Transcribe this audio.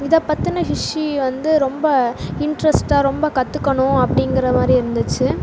இதப்பற்றின history வந்து ரொம்ப இண்ட்ரஸ்ட்டாக ரொம்ப கற்றுக்கணும் அப்படிங்குற மாதிரி இருந்துச்சு